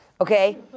okay